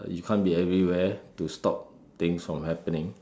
you can't be everywhere to stop things from happening